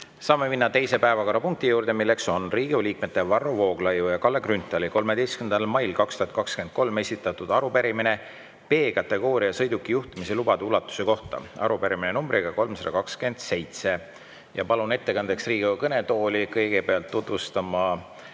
Saame minna teise päevakorrapunkti juurde, milleks on Riigikogu liikmete Varro Vooglaiu ja Kalle Grünthali 13. mail 2023 esitatud arupärimine B-kategooria sõiduki juhtimise lubade ulatuse kohta, arupärimine numbriga 327. Palun ettekandeks Riigikogu kõnetooli kõigepealt tutvustama